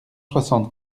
soixante